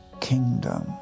kingdom